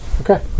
Okay